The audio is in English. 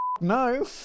No